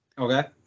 Okay